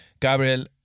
Gabriel